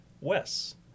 Wes